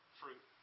fruit